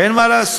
אין מה לעשות.